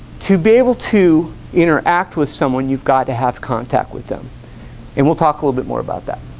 to be able to interact with someone you've got to have contact with them and we'll talk a little bit more about that